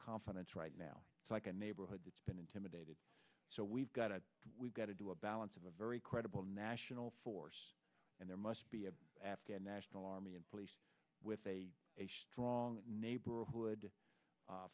confidence right now it's like a neighborhood that's been intimidated so we've got to we've got to do a balance of a very credible national force and there must be an afghan national army and police with a strong neighborhood